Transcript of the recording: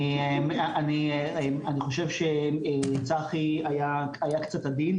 אני חושב שצחי היה קצת עדין,